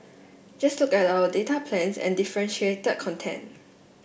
just look at our data plans and differentiated content